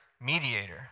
mediator